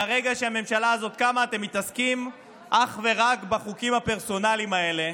מהרגע שהממשלה הזאת קמה אתם מתעסקים אך ורק בחוקים הפרסונליים האלה,